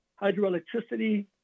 hydroelectricity